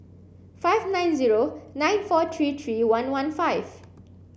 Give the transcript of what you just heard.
five nine zero nine four three three one one five